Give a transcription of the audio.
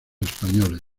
españoles